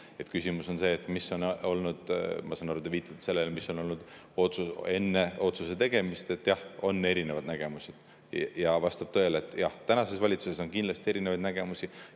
Küsimus on selles või, ma sain aru, te viitate sellele, mis on olnud enne otsuse tegemist. Jah, on erinevad nägemused. Ja vastab tõele, et tänases valitsuses on kindlasti erinevaid nägemusi,